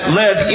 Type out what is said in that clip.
led